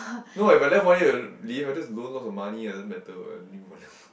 no ah but then one year to live I just loan lots of money doesn't matter what anymore